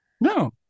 no